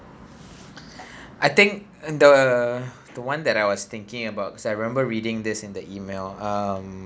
I think and the the one that I was thinking about is I remember reading this in the email um